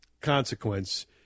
consequence